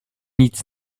nic